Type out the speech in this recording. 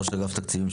ראש אגף תקציבים,